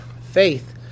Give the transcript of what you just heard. faith